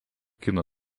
kino